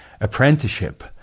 apprenticeship